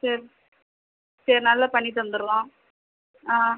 சரி சரி நல்லா பண்ணி தத்துட்றோம் ஆ